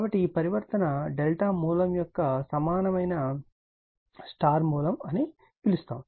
కాబట్టి ఈ పరివర్తన Δ మూలం యొక్క సమానమైన Y మూలం అని పిలుస్తారు